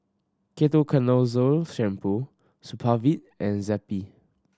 Ketoconazole Shampoo Supravit and Zappy